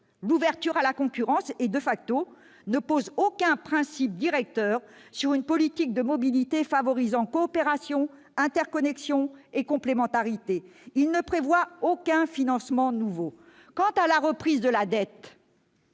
l'ouverture à la concurrence, et,, il n'établit aucun principe directeur en faveur d'une politique de la mobilité favorisant coopération, interconnexion et complémentarité ; il ne prévoit aucun financement nouveau. Quant à la reprise de la dette